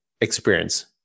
experience